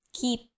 Keep